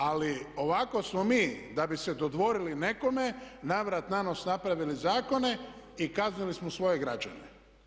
Ali ovako smo mi da bi se dodvorili nekome na vrat na nos napravili zakone i kaznili smo svoje građane.